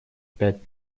пять